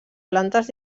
plantes